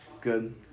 Good